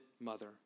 mother